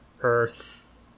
earth